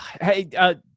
Hey